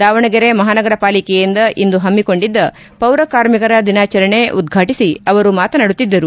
ದಾವಣಗೆರೆ ಮಹಾನಗರ ಪಾಲಿಕೆಯಿಂದ ಇಂದು ಹಮ್ನಿಕೊಂಡಿದ್ದ ಪೌರ ಕಾರ್ಮಿಕರ ದಿನಾಚರಣೆ ಉದ್ವಾಟಿಸಿ ಅವರು ಮಾತನಾಡಿದರು